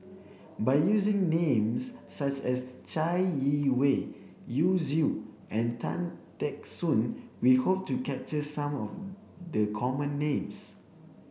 by using names such as Chai Yee Wei Yu Zhu and Tan Teck Soon we hope to capture some of the common names